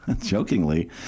Jokingly